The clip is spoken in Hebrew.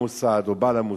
או בעל המוסד.